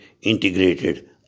integrated